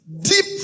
Deep